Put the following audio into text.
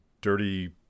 dirty